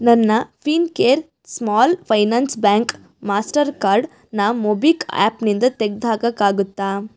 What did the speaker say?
ನನ್ನ Fincare small finance bank ಮಾಸ್ಟರ್ಕಾರ್ಡನ್ನ ಮೊಬಿಕ್ ಆ್ಯಪ್ನಿಂದ ತೆಗ್ದು ಹಾಕಕ್ಕೆ ಆಗುತ್ತಾ